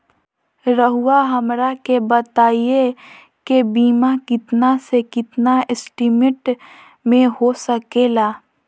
रहुआ हमरा के बताइए के बीमा कितना से कितना एस्टीमेट में हो सके ला?